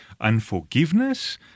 unforgiveness